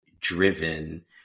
driven